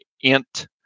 int